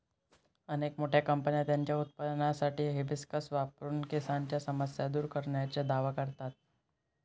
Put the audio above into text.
अनेक मोठ्या कंपन्या त्यांच्या उत्पादनांमध्ये हिबिस्कस वापरून केसांच्या समस्या दूर करण्याचा दावा करतात